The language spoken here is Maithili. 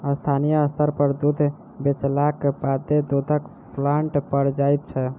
स्थानीय स्तर पर दूध बेचलाक बादे दूधक प्लांट पर जाइत छै